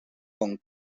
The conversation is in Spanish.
con